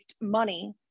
money